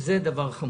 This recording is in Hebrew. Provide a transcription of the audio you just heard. זה דבר חמור.